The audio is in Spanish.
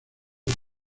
los